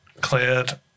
cleared